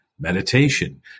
meditation